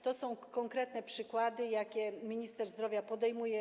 To są konkretne przykłady działań, jakie minister zdrowia podejmuje.